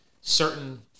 certain